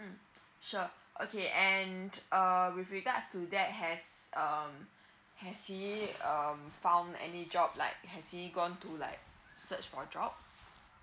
mm sure okay and err with regards to that has um has he um found any job like had he gone to like search for jobs